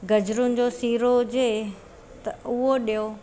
गजरुनि जो सीरो हुजे त उहो ॾियो